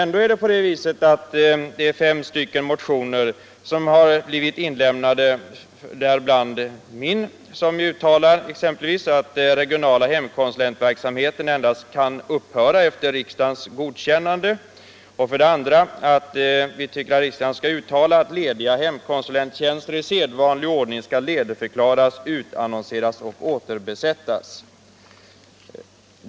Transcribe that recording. Ändå har det lämnats in fem motioner, däribland den som väckts av mig och andra och där det hemställs ”att riksdagen beslutar 1. att uttala att regional hemkonsulentverksamhet endast kan upphöra efter riksdagens godkännande, 2. att uttala att lediga hemkonsulenttjänster i sedvanlig ordning skall ledigförklaras, utannonseras och återbesättas”.